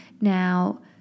now